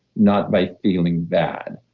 not by feeling bad.